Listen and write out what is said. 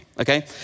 okay